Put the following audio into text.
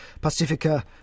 Pacifica